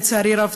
לצערי הרב,